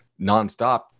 nonstop